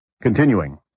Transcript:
continuing